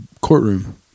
courtroom